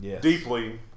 deeply